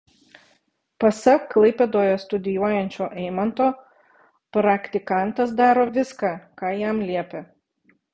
pasak klaipėdoje studijuojančio eimanto praktikantas daro viską ką jam liepia